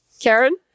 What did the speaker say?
Karen